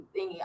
thingy